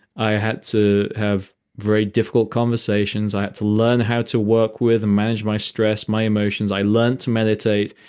i had to have very difficult conversations. i had to learn how to work with and manage my stress, my emotions. i learnt to meditate.